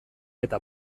eta